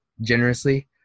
generously